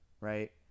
right